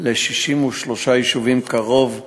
ל-63 יישובים, קרוב ל-50%,